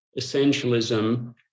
essentialism